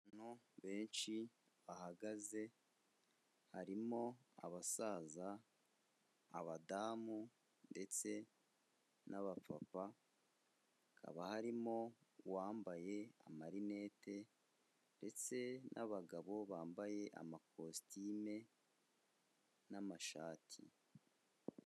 Abantu benshi bahagaze harimo abasaza ,abadamu ndetse n'aba papa ,hakaba harimo uwambaye amarinete ndetse n'abagabo bambaye amakositime n'amashati.